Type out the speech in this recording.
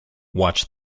watch